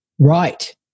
right